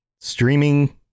streaming